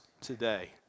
today